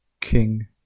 King